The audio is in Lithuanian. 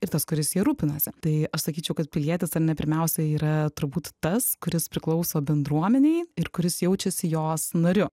ir tas kuris ja rūpinasi tai aš sakyčiau kad pilietis ar ne pirmiausia yra turbūt tas kuris priklauso bendruomenei ir kuris jaučiasi jos nariu